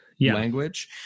language